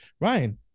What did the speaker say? ryan